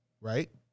right